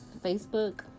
facebook